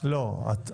מבינים